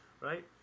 right